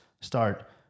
start